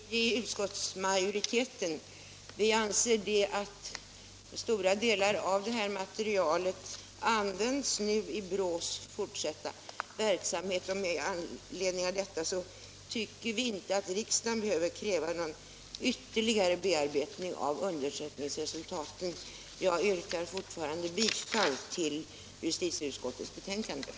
Herr talman! Vi i utskottsmajoriteten har funnit att stora delar av detta material nu används i BRÅ:s fortsatta verksamhet. Med anledning härav tycker vi inte att riksdagen behöver kräva någon ytterligare bes I arbetning av undersökningsresultaten. Brottsförebyggande | Jag vidhåller mitt ytkande om bifall till justitieutskottets hemställan. — rådet